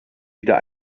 wieder